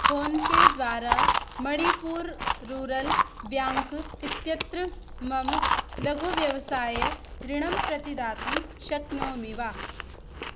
फोन्पेद्वारा मणिपूरः rural bank इत्यत्र मम लघु व्यवसायऋणम् प्रतिदातुं शक्नोमि वा